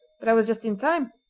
but i was just in time.